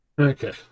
Okay